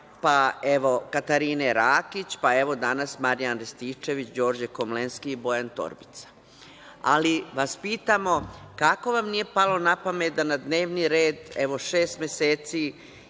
pa evo Katarine Rakić, pa evo danas Marijan Rističević, Đorđe Komlenski i Bojan Torbica. Ali vas pitamo, kako vam nije palo napamet da na dnevni red, evo šest meseci